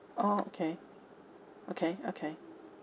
orh okay okay okay